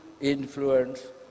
influence